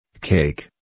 Cake